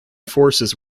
forces